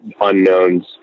unknowns